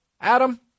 Adam